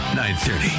930